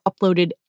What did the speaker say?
uploaded